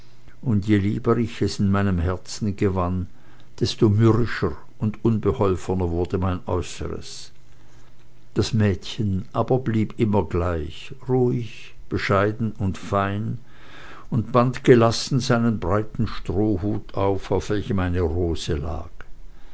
und je lieber ich es in meinem herzen gewann desto mürrischer und unbeholfener wurde mein äußeres das mädchen aber blieb immer gleich ruhig bescheiden und fein und band gelassen seinen breiten strohhut um auf welchem eine rose lag